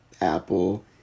Apple